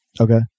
Okay